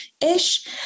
ish